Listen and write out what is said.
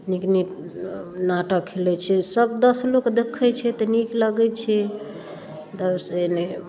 नीक नीक नाटक खेलय छै सब दस लोक देखय छै तऽ नीक लगै छै